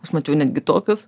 aš mačiau netgi tokius